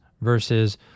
versus